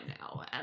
now